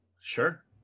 Sure